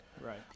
Right